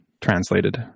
translated